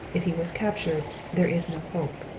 if he was captured, there is no hope.